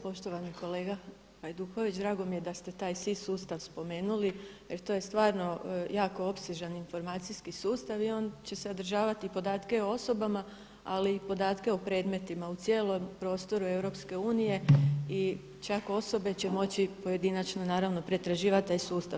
Poštovani kolega Hajduković, drago mi je da ste taj SIS sustav spomenuli jer to je stvarno jako opsežan informacijski sustav i on će sadržavati i podatke o osobama ali i podatke o predmetima u cijelom prostoru EU i čak osobe će moći pojedinačno naravno pretraživati taj sustav.